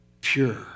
pure